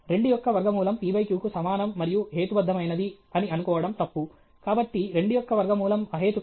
2 యొక్క వర్గమూలం p q కు సమానం మరియు హేతుబద్ధమైనది అని అనుకోవడం తప్పు కాబట్టి 2 యొక్క వర్గమూలం అహేతుకం